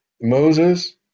Moses